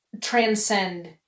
transcend